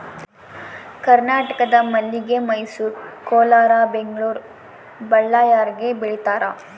ಕರ್ನಾಟಕದಾಗ ಮಲ್ಲಿಗೆ ಮೈಸೂರು ಕೋಲಾರ ಬೆಂಗಳೂರು ಬಳ್ಳಾರ್ಯಾಗ ಬೆಳೀತಾರ